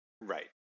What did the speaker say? Right